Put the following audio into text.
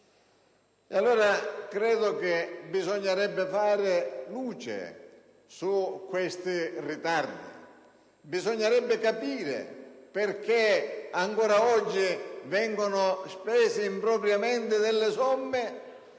Allora credo che bisognerebbe fare luce su questi ritardi, bisognerebbe capire perché ancora oggi le risorse vengano spese impropriamente e non